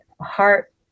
heart